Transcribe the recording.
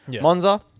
Monza